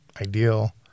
ideal